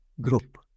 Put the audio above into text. group